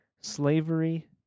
slavery